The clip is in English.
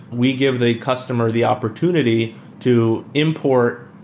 we give the customer the opportunity to import,